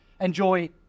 enjoy